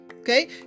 okay